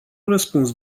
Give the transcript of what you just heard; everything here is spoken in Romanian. răspuns